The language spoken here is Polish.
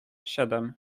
siedem